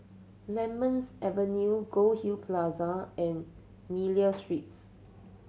Lemons Avenue Goldhill Plaza and Miller Streets